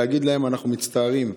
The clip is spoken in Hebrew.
להגיד להם: אנחנו מצטערים,